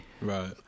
right